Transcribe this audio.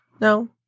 No